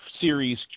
series